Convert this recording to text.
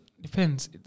Depends